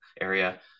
area